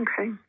Okay